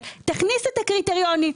תכניס את הקריטריונים,